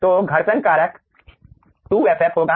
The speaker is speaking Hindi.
तो घर्षण कारक 2 ff होगा